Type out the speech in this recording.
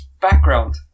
background